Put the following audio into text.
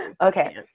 Okay